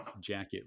jacket